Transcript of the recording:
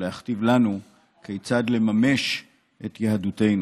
ולהכתיב לנו כיצד לממש את יהדותנו.